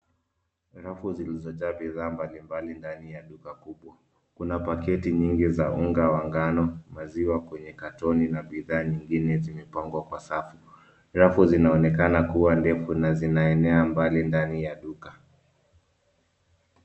Rafu zilizojaa bidhaa mbali mbali ndani ya duka kubwa. Kuna paketi nyingi za unga wa ngano, maziwa kwenye katoni na bidhaa nyingine zimepangwa kwa safu. Rafu zinaonekana kuwa ndefu na zinaenea mbali ndani ya duka.